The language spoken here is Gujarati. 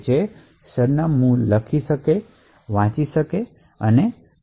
જે સરનામું તે ચોક્કસ પેજ એક્સેસ કરશે અને તે પેજ નાં પ્રકાર જેમ કે TCS